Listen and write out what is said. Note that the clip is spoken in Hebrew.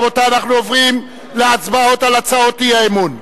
רבותי, אנחנו עוברים להצבעות על הצעות האי-אמון.